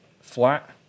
flat